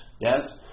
yes